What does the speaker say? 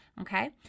Okay